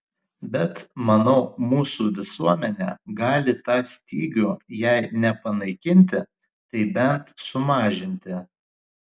bet manau mūsų visuomenė gali tą stygių jei ne panaikinti tai bent sumažinti